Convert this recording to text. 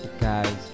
Guys